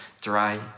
dry